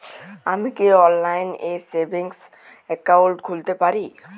আমি কি অনলাইন এ সেভিংস অ্যাকাউন্ট খুলতে পারি?